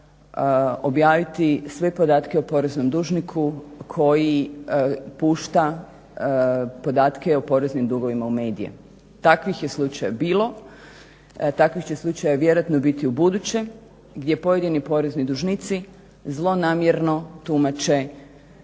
objaviti sve podatke o poreznom dužniku koji pušta podatke o poreznim dugovima u medije. Takvih je slučajeva bilo, takvih će slučajeva vjerojatno biti ubuduće, gdje pojedini porezni dužnici zlonamjerno tumače